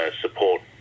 support